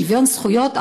שוויון זכויות,